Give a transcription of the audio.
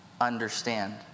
understand